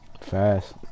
fast